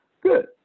Good